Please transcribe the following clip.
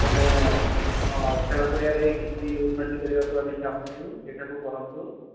ଏବଂ ହଁ ଖେଳପଡ଼ିଆରେ କିଛି ଉନ୍ନତି କରିବାକୁ ଆମେ ଚାହୁଁଛୁ ସେଇଟାକୁ କରନ୍ତୁ